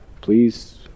please